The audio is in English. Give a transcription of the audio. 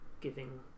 giving